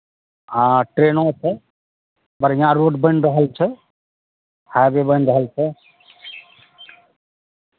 हँ ट्रेनो छै बढ़िआँ रोड बनि रहल छै हाइवे बनि रहल छै